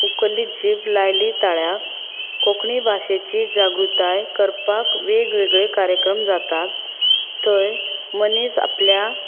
उखल्ली जीब लायली ताळ्याक कोंकणी भाशेची जागृताय करपाक वेगवेगळे कार्यक्रम जातात थंय मनीस आपल्या